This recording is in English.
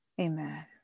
Amen